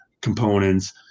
components